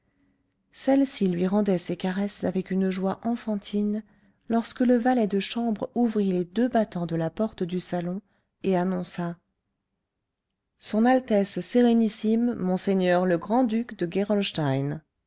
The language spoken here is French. celle-ci lui rendait ses caresses avec une joie enfantine lorsque le valet de chambre ouvrit les deux battants de la porte du salon et annonça son altesse sérénissime monseigneur le grand-duc de